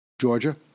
Georgia